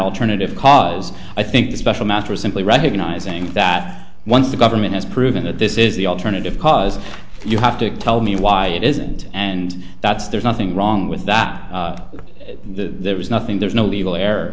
alternative cause i think the special master is simply recognizing that once the government has proven that this is the alternative cause you have to tell me why it isn't and that's there's nothing wrong with that the there is nothing there's no legal